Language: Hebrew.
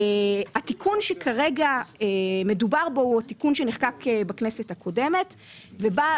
התיקון שכרגע מדובר בו הוא התיקון שנחקק בכנסת הקודמת ובא